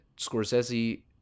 Scorsese